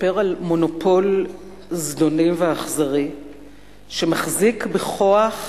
מספר על מונופול זדוני ואכזרי שמחזיק בכוח בקרקעות.